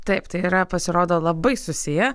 taip tai yra pasirodo labai susiję